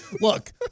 Look